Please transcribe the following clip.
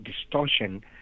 distortion